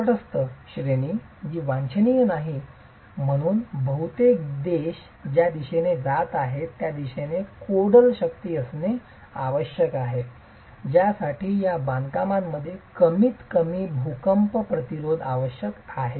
तटस्थ श्रेणी जी वांछनीय नाही आणि म्हणूनच बहुतेक देश ज्या दिशेने जात आहेत त्या दिशेने कोडल शर्ती असणे आवश्यक आहे ज्यासाठी या बांधकामांमध्ये कमीतकमी भूकंप प्रतिरोध आवश्यक आहे